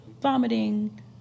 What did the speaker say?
vomiting